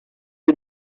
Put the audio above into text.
you